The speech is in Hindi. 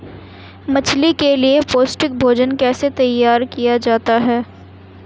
मछली के लिए पौष्टिक भोजन कैसे तैयार किया जाता है?